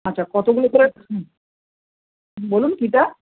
আচ্ছা কতগুলো করে হুম বলুন কিটা